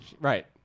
Right